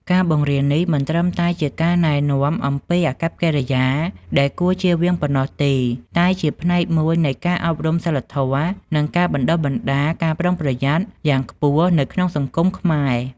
ការបង្រៀននេះមិនត្រឹមតែជាការណែនាំអំពីអាកប្បកិរិយាដែលគួរជៀសវាងប៉ុណ្ណោះទេ តែជាផ្នែកមួយនៃការអប់រំសីលធម៌ និងការបណ្ដុះបណ្ដាល ការប្រុងប្រយ័ត្ន យ៉ាងខ្ពស់នៅក្នុងសង្គមខ្មែរ។